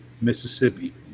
Mississippi